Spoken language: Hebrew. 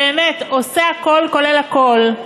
שבאמת עושה הכול, כולל הכול,